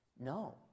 No